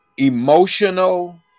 emotional